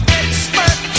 expert